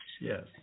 Yes